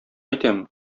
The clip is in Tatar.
әйтәм